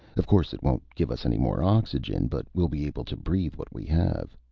of course, it won't give us any more oxygen, but we'll be able to breathe what we have.